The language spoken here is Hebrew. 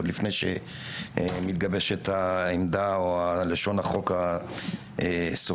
עוד לפני שמתגבשת העמדה או לשון החוק הסופית.